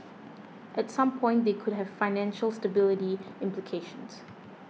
at some point they could have financial stability implications